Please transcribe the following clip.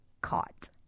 caught